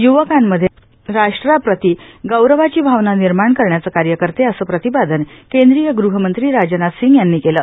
युवकांमध्ये राष्ट्रप्रती गौरवाची भावना निर्माण करण्याचं कार्य करते असं प्रतिपादन केंदीय गृहमंत्री राजनाथ सिंग यांनी केलं